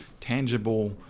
tangible